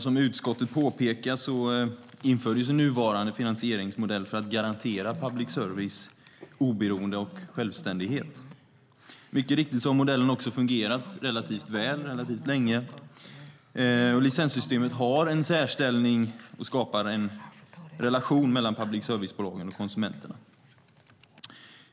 Som utskottet påpekar infördes nuvarande finansieringsmodell för att garantera public services oberoende och självständighet. Mycket riktigt har modellen också fungerat relativt väl relativt länge. Licenssystemet har en särställning och skapar en relation mellan public service-bolagen och konsumenterna.